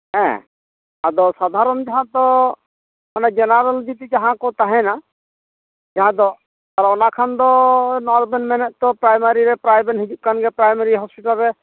ᱦᱮᱸ ᱟᱫᱚ ᱥᱟᱫᱟᱷᱟᱨᱚᱱ ᱡᱟᱦᱟᱸ ᱫᱚ ᱚᱱᱮ ᱡᱮᱱᱟᱨᱮᱞ ᱡᱩᱫᱤ ᱡᱟᱦᱟᱸ ᱠᱚ ᱛᱟᱦᱮᱸᱱᱟ ᱡᱟᱦᱟᱸ ᱫᱚ ᱚᱱᱟ ᱠᱷᱟᱱ ᱫᱚ ᱱᱚᱜᱼᱚᱭ ᱵᱮᱱ ᱢᱮᱱᱮᱛ ᱫᱚ ᱯᱨᱟᱭᱢᱟᱨᱤ ᱨᱮ ᱯᱨᱟᱭ ᱵᱮᱱ ᱦᱤᱡᱩᱜ ᱠᱟᱱ ᱜᱮᱭᱟ ᱯᱨᱟᱭᱢᱟᱨᱤ ᱦᱚᱸᱥᱯᱤᱴᱟᱞ ᱨᱮ